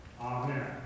Amen